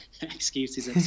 Excuses